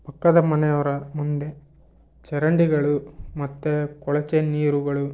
ಪಕ್ಕದ ಮನೆಯವರ ಮುಂದೆ ಚರಂಡಿಗಳು ಮತ್ತು ಕೊಳಚೆ ನೀರುಗಳು